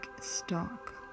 stock